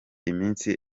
iminsi